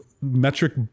metric